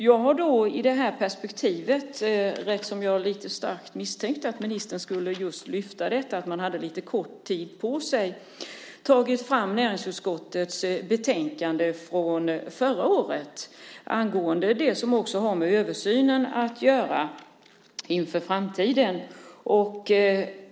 Jag har i det här perspektivet, eftersom jag starkt misstänkte att ministern just skulle lyfta detta att man hade kort tid på sig, tagit fram näringsutskottets betänkande från förra året angående det som också har att göra med översynen inför framtiden.